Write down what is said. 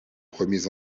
premiers